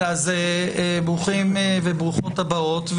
ברוכים וברוכות הבאות.